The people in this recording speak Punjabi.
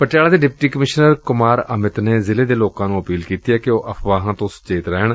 ਪਟਿਆਲਾ ਦੇ ਡਿਪਟੀ ਕਮਿਸ਼ਨਰ ਕੁਮਾਰ ਅਮਿਤ ਨੇ ਜ਼ਿਲ੍ਹੇ ਦੇ ਲੋਕਾਂ ਨੂੰ ਅਪੀਲ ਕੀਤੀ ਏ ਕਿ ਉਹ ਅਫਵਾਹਾਂ ਤੋਂ ਸੁਚੇਤ ਰਹਿਣ